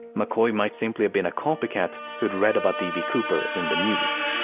mccoy might simply have been a copycat who'd read about d. b. cooper in the news.